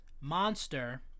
Monster